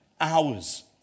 hours